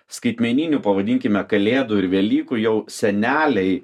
skaitmeninių pavadinkime kalėdų ir velykų jau seneliai